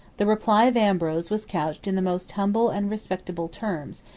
the reply of ambrose was couched in the most humble and respectful terms,